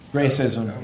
racism